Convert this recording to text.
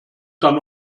dann